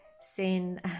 seen